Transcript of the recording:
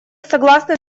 согласны